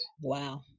Wow